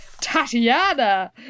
Tatiana